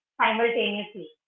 simultaneously